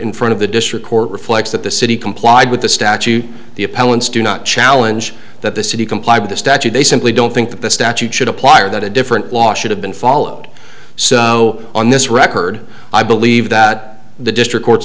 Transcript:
in front of the district court reflects that the city complied with the statute the appellant's do not challenge that the city comply with the statute they simply don't think that the statute should apply or that a different law should have been followed so on this record i believe that the district court's